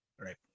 right